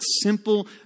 simple